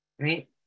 right